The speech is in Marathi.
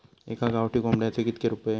एका गावठी कोंबड्याचे कितके रुपये?